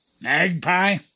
Magpie